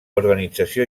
organització